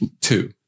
Two